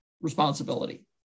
responsibility